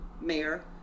Mayor